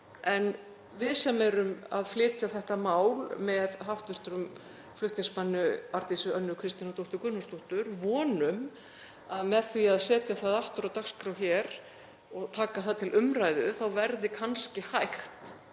en við sem erum að flytja þetta mál með hv. flutningsmanni, Arndísi Önnu Kristínardóttur Gunnarsdóttur, vonum að með því að setja það aftur á dagskrá hér og taka það til umræðu þá verði kannski hægt